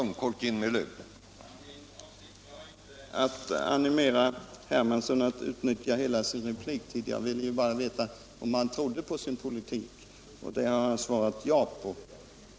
Herr talman! Min avsikt var inte att animera herr Hermansson att utnyttja hela sin repliktid. Jag ville bara veta om han trodde på sin politik. Den frågan har han svarat ja på.